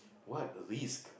what risk